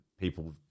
people